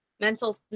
mental